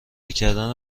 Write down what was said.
کردن